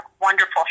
wonderful